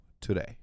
today